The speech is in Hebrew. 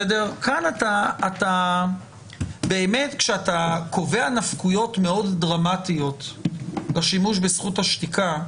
כאשר אתה קובע נפקויות מאוד דרמטיות לשימוש בזכות השתיקה,